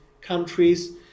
countries